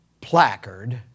placard